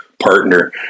partner